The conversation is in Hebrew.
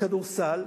בכדורסל,